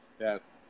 Yes